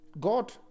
God